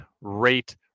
rate